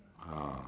ah